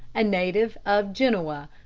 a native of genoa,